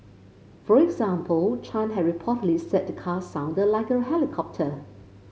for example Chan had reportedly said the car sounded like a helicopter